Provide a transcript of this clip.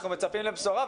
אנחנו מצפים לבשורה.